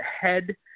head